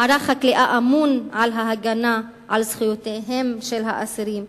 מערך הכליאה אמון על ההגנה על זכויותיהם של האסירים,